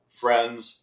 friends